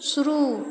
शुरू